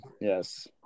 Yes